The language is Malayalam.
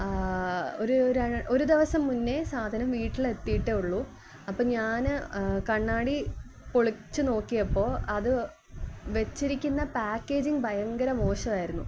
ഒരു ഒരു ദിവസം മുന്നേ സാധനം വീട്ടിലെത്തിയിട്ടേ ഉള്ളു അപ്പോള് ഞാന് കണ്ണാടി പൊളിച്ചു നോക്കിയപ്പോള് അത് വച്ചിരിക്കുന്ന പാക്കേജിങ് ഭയങ്കര മോശമായിരുന്നു